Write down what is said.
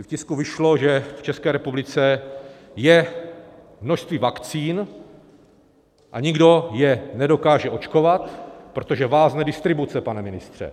V tisku vyšlo, že v České republice je množství vakcín a nikdo je nedokáže očkovat, protože vázne distribuce, pane ministře.